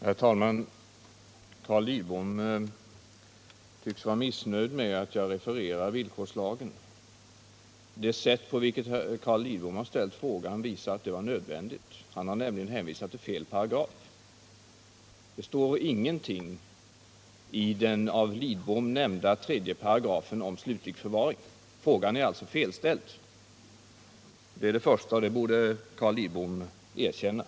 Herr talman! Carl Lidbom tycks vara missnöjd med att jag refererar villkorslagen. Det sätt på vilket Carl Lidbom har ställt frågan visar att det var nödvändigt. Han har nämligen för det första hänvisat till fel paragraf. Det står ingenting om slutlig förvaring i den av Lidbom nämnda 35. Frågan är alltså felställd, och det borde Carl Lidbom erkänna.